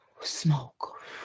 smoke